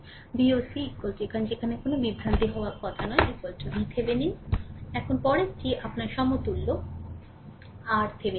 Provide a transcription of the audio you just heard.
VOC সেখানে কোনও বিভ্রান্তি হওয়া উচিত নয় VThevenin এখন পরেরটি আপনার সমতুল্য RThevenin